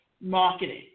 marketing